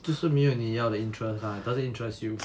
就是没有你要的 interests ah doesn't interest you